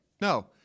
no